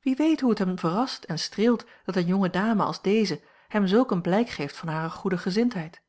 wie weet hoe het hem verrast en streelt dat eene jonge dame als deze hem zulk een blijk geeft van hare goede gezindheid